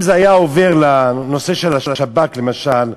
אם זה היה עובר לנושא של השב"כ, למשל,